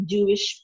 Jewish